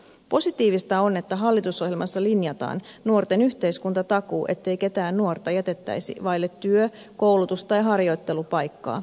positiivista on että hallitusohjelmassa linjataan nuorten yhteiskuntatakuu ettei ketään nuorta jätettäisi vaille työ koulutus tai harjoittelupaikkaa